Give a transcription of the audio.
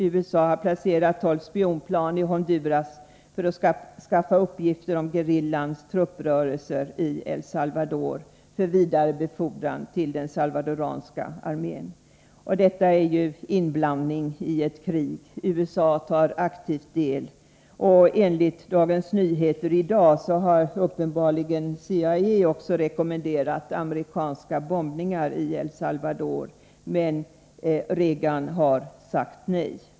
USA har placerat tolv spionplan i Honduras för att skaffa uppgifter om gerillans trupprörelser i El Salvador för vidare befordran till den salvadoranska armén. Detta är ju inblandning i ett krig där USA aktivt tar del. Enligt Dagens Nyheter i dag har uppenbarligen CIA också rekommenderat amerikanska bombningar i El Salvador, men Reagan har sagt nej.